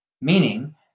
meaning